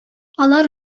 алар